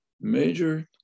major